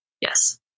Yes